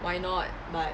why not but